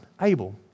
Abel